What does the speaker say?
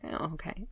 okay